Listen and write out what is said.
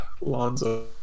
Lonzo